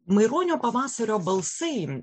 maironio pavasario balsai